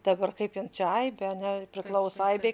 dabar kaip jin čia aibė ane priklauso aibei